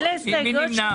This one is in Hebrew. מי נמנע?